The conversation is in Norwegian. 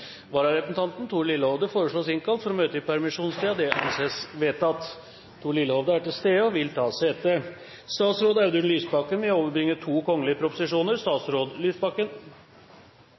Vararepresentanten, Thor Lillehovde, innkalles for å møte i permisjonstiden. Thor Lillehovde er til stede og vil ta sete. Representanten Anders B. Werp vil